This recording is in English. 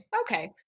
Okay